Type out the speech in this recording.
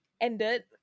ended